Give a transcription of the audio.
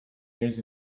years